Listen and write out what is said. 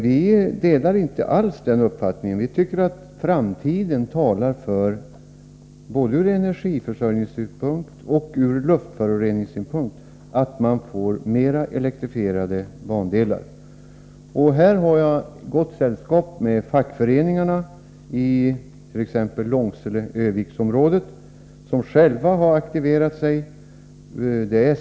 Vi tycker emellertid att framtiden talar för — både från energiförsörjningssynpunkt och från luftföroreningssynpunkt — flera elektrifierade bandelar. Här har jag gott sällskap med t.ex. fackföreningarna i Långsele-Örnsköldsviksområdet, som själva har aktiverat sig.